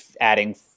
adding